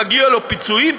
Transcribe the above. מגיעים לו פיצויים,